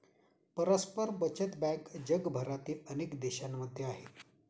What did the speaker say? परस्पर बचत बँक जगभरातील अनेक देशांमध्ये आहे